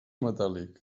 metàl·lic